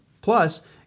Plus